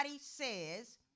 says